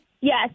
Yes